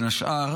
בין השאר